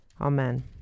Amen